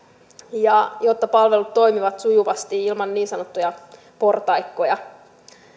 ja jotta palvelut toimivat sujuvasti ilman niin sanottuja portaikkoja